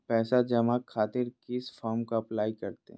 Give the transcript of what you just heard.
पैसा जमा खातिर किस फॉर्म का अप्लाई करते हैं?